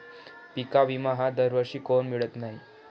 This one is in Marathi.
पिका विमा हा दरवर्षी काऊन मिळत न्हाई?